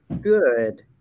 Good